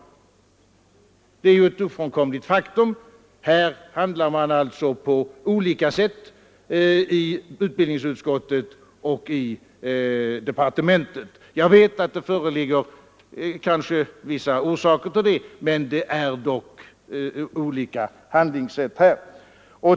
Det är ett ofrånkomligt faktum. Här handlar man alltså på olika sätt i utbildningsutskottet och i departementet. Det kanske finns vissa orsaker till detta men det är dock fråga om olika handlingssätt.